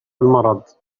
المرض